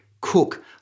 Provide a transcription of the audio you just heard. Cook